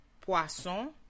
Poisson